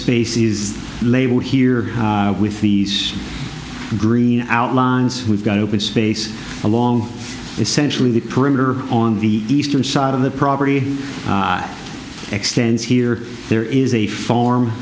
space is labeled here with these green outlines we've got open space along essentially the perimeter on the eastern side of the property extends here there is a form